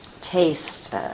taste